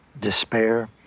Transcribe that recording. despair